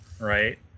Right